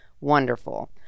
wonderful